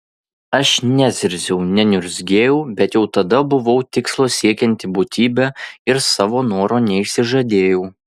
aš nezirziau neniurzgėjau bet jau tada buvau tikslo siekianti būtybė ir savo noro neišsižadėjau